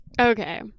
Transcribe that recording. okay